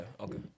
okay